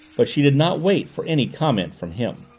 but she did not wait for any comment from him.